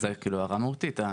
זו הערה מהותית.